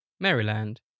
Maryland